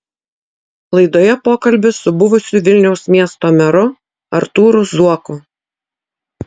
laidoje pokalbis su buvusiu vilniaus miesto meru artūru zuoku